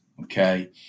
okay